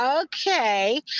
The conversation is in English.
okay